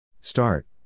Start